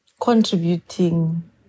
contributing